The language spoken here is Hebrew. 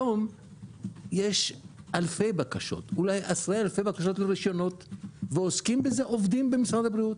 יש היום עשרות ואלפי בקשות לרישיונות ועוסקים בזה עובדים במשרד הבריאות.